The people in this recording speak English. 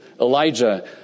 Elijah